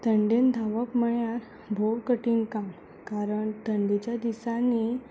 थंडेन धांवप म्हणल्यार भोव कठीण काम थंडेच्या दिसांनी